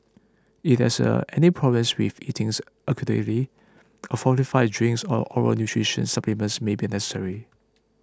if there is any problem with eating adequately a fortified drinks or oral nutritions supplement may be necessary